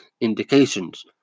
indications